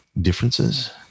differences